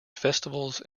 festivals